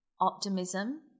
optimism